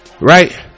Right